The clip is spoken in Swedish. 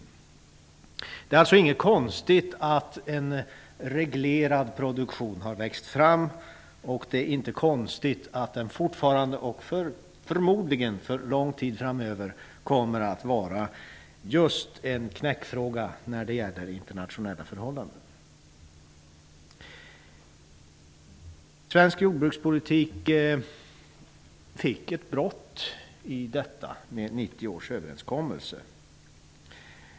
Det är alltså inte konstigt att en reglerad produktion har växt fram. Det är inte konstigt att den fortfarande är och förmodligen för lång tid framöver kommer att vara en knäckfråga när det gäller internationella förhållanden. Svensk jordbrukspolitik fick ett brott i detta i och med 1990 års överenskommelse.